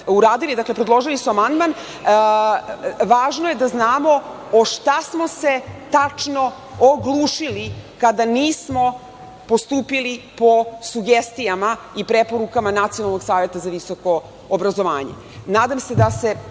uradili. Dakle, predložili su amandman. Važno je da znamo o šta smo se tačno oglušili kada nismo postupili po sugestijama i preporukama Nacionalnog saveta za visoko obrazovanje. Nada se da se